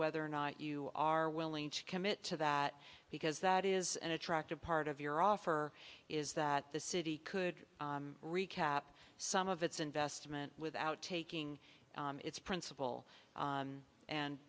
whether or not you are willing to commit to that because that is an attractive part of your offer is that the city could recap some of its investment without taking its princip